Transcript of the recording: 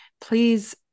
Please